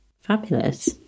Fabulous